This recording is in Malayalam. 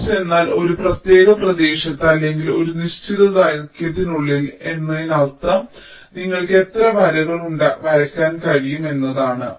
പിച്ച് എന്നാൽ ഒരു പ്രത്യേക പ്രദേശത്ത് അല്ലെങ്കിൽ ഒരു നിശ്ചിത ദൈർഘ്യത്തിനുള്ളിൽ എന്നതിനർത്ഥം നിങ്ങൾക്ക് എത്ര വരകൾ വരയ്ക്കാൻ കഴിയും എന്നാണ്